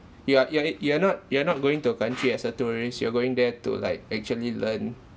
you are you are you are not you are not going to a country as a tourist you are going there to like actually learn